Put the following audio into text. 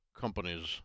companies